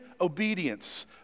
obedience